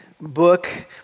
book